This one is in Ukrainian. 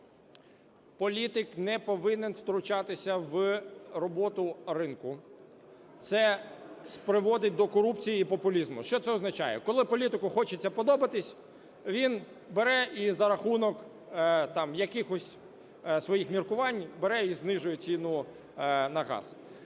Політик не повинен втручатися в роботу ринку. Це призводить до корупції і популізму. Що це означає? Коли політику хочеться подобатись, він бере і за рахунок там якихось своїх міркувань, бере і знижує ціну на газ.